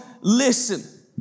listen